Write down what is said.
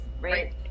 Right